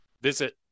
Visit